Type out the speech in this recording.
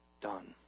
done